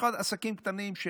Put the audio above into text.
במיוחד עסקים קטנים,